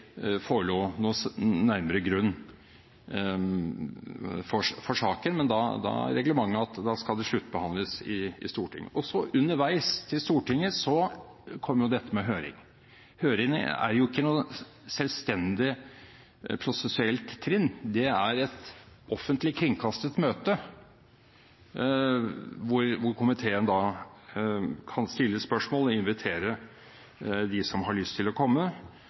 forelå noen nærmere grunn for saken. Men da er reglementet at det skal sluttbehandles i Stortinget. Så underveis til Stortinget kom dette med høring. Høringer er ikke noe selvstendig prosessuelt trinn, det er et offentlig kringkastet møte hvor komiteen kan stille spørsmål og invitere dem som har lyst til å komme.